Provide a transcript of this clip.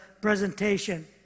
presentation